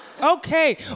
Okay